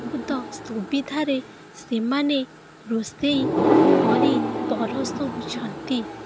ବହୁତ ସୁବିଧାରେ ସେମାନେ ରୋଷେଇ କରି ପରସୁଛନ୍ତି